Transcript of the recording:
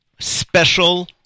Special